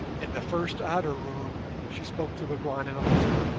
in the first outer room she spoke to bougwan in a whisper